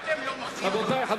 אנחנו לא